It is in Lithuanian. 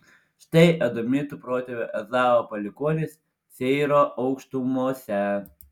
štai edomitų protėvio ezavo palikuonys seyro aukštumose